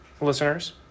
listeners